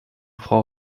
frau